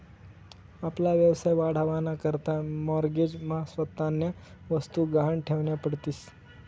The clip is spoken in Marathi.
आपला व्यवसाय वाढावा ना करता माॅरगेज मा स्वतःन्या वस्तु गहाण ठेवन्या पडतीस